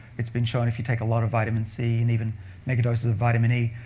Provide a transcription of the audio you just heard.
it's been shown if you take a lot of vitamin c and even mega doses of vitamin e,